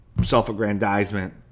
self-aggrandizement